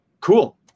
cool